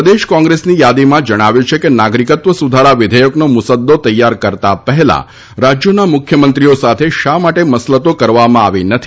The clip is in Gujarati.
પ્રદેશ કોંગ્રેસની યાદીમાં જણાવ્યું છે કે નાગરિકત્વ સુધારા વિધેયકનો મુસદ્દો તૈયાર કરતા પહેલા રાજ્યોના મુખ્યમંત્રીઓ સાથે શા માટે મસલતો કરવામાં આવી નથી